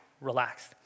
relaxed